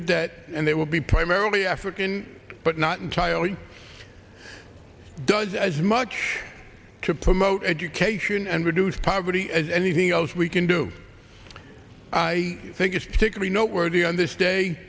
with debt and they will be primarily african but not entirely does as much to promote education and reduce poverty as anything else we can do i think it's particularly noteworthy on this day